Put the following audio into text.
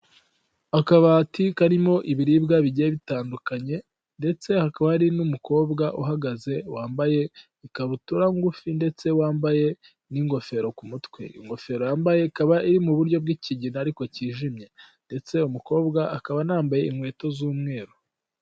Akabati karimo ibiribwa bigenda bitandukanye ndetsekaba ari n'umukobwa uhagaze wambaye ikabutura ngufi ndetse wambaye n'ingofero ku mutwe. Ingofero ya ikaba iri mu buryo bw'ikigina ariko cyijimye ndetse umukobwa akaba anambaye inkweto z'umweru.